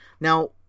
now